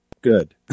good